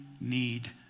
need